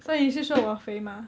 所以你是说我肥吗